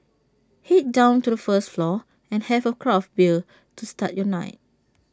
Head down to the first floor and have A craft bear to start your night